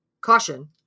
caution